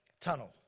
tunnel